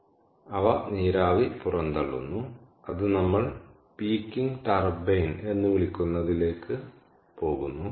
തിരക്കേറിയ സമയങ്ങളിൽ സംഭവിക്കുന്നത് അവ നീരാവി പുറന്തള്ളുന്നു അത് നമ്മൾ പീക്കിങ് ടർബൈൻ എന്ന് വിളിക്കുന്നതിലേക്ക് പോകുന്നു